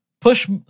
push